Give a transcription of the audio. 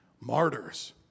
martyrs